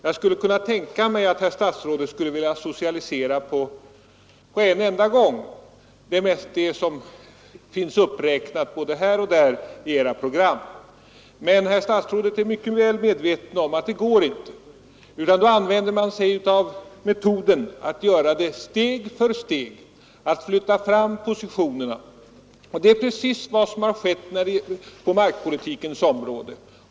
Jag skulle kunna tänka mig att herr statsrådet skulle vilja socialisera allt på en enda gång — det är mest det som finns uppräknat i era program. Men herr statsrådet är mycket väl medveten om att det inte går. Då använder man sig av metoden att göra det steg för steg, att flytta fram positionerna. Det är precis vad som har skett på markpolitikens område.